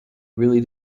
really